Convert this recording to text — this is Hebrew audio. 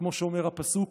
כמו שאומר הפסוק,